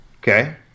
okay